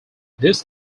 this